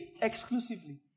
exclusively